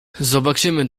zobaczymy